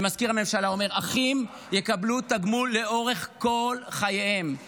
ומזכיר הממשלה אומר: אחים יקבלו תגמול לאורך כל חייהם,